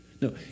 No